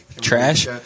Trash